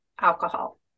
alcohol